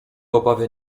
obawy